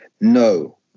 No